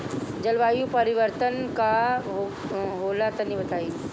जलवायु परिवर्तन का होला तनी बताई?